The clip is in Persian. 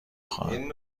خواهد